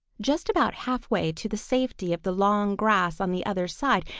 just about halfway to the safety of the long grass on the other side,